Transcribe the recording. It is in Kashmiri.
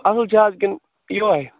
اَصٕل چھِ حظ کِنہٕ یِہوٚے